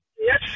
yes